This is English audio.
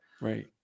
Right